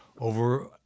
over